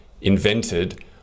invented